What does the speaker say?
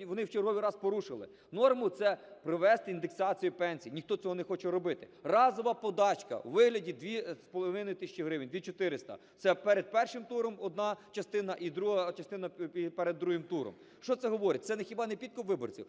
вони в черговий раз порушили норму, це провести індексацію пенсій. Ніхто цього не хоче робити. Разова подачка у вигляді 2, 5 тисяч гривень – 2400, це перед першим туром одна частина, і друга частина перед другим туром. Що це говорить? Це хіба не підкуп виборців,